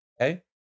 okay